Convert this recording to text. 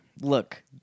Look